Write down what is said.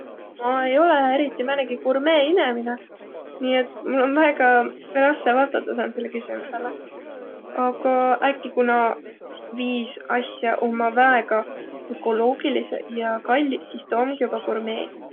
Ma ei olõq eriti määnegi gurmeeinemine, nii et mul om väega rassõ vastadaq sääntsele küsümüsele, aga äkki ku nuuq viis asja ommaq väega ökoloogilidsõq ja kalliq, sis tuu omgi joba gurmee?